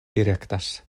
direktas